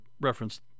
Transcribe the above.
reference